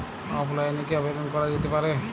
অফলাইনে কি আবেদন করা যেতে পারে?